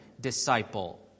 disciple